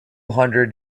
hundred